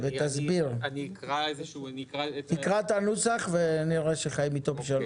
תקרא את הנוסח ונראה שחיים אתו בשלום.